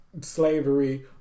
slavery